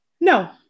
No